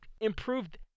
improved